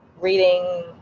reading